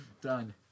done